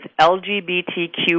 LGBTQ